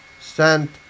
sent